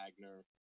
Wagner